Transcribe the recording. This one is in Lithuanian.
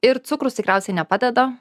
ir cukrus tikriausiai nepadeda